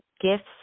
gifts